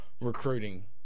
recruiting